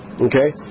Okay